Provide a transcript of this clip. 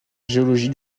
géologie